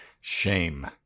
Shame